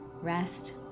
rest